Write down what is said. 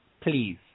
please